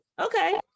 okay